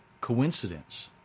coincidence